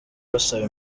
basaba